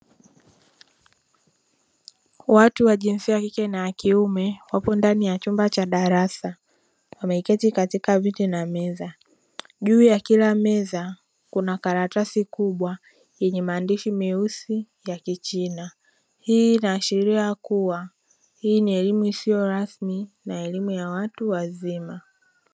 Watu wa jinsia ya kike na ya kiume wapo ndani ya chumba cha darasa wameketi katika viti na meza juu ya kila meza kuna karatasi kubwa yenye maandishi meusi ya kichina, hii ina ashiria kuwa hii ni elimu isiyo rasmi na elimu ya watu wazima.